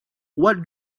what